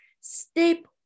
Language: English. step